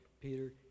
Peter